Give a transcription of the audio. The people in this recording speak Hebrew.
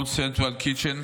World Central Kitchen,